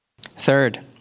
Third